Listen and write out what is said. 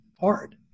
hard